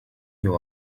you